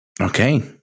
Okay